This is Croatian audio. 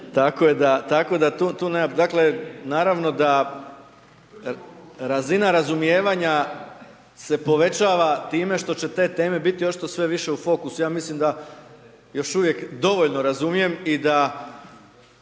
tako je, tako da tu nema, dakle, naravno da razina razumijevanja se povećava time što će te teme biti očito sve više u fokusu, ja mislim da još uvijek dovoljno razumijem i da